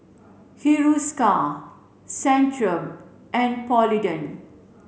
Hiruscar Centrum and Polident